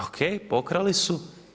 O.k. pokrali su.